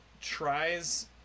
tries